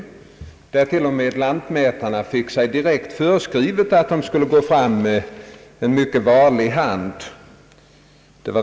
Lantmätarna fick till och med den direkta föreskriften att de skulle gå fram med en mycket varlig hand.